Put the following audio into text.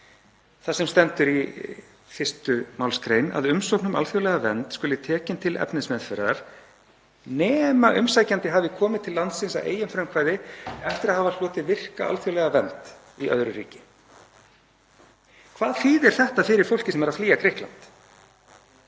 þar sem stendur í 1. mgr. að umsókn um alþjóðlega vernd skuli tekin til efnismeðferðar nema umsækjandi hafi komið til landsins að eigin frumkvæði eftir að hafa hlotið virka alþjóðlega vernd í öðru ríki. Hvað þýðir þetta fyrir fólkið sem flýr Grikkland?